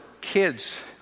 kids